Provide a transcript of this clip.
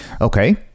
okay